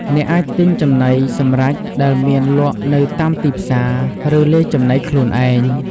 អ្នកអាចទិញចំណីសម្រេចដែលមានលក់នៅតាមទីផ្សារ ឬលាយចំណីខ្លួនឯង។